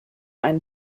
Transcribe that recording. einen